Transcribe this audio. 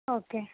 okay